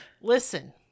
listen